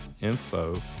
info